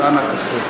אז אנא קצר.